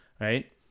right